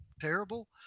terrible